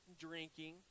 drinking